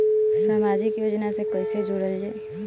समाजिक योजना से कैसे जुड़ल जाइ?